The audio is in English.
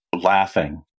laughing